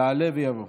יעלה ויבוא.